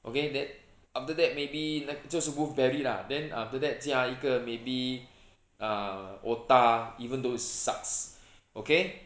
okay the~ after that maybe 就是 wolf berry lah then after that 加一个 maybe uh otah even though it sucks okay